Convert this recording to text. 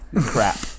crap